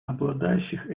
обладающих